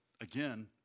Again